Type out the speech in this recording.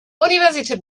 universität